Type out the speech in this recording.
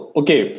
okay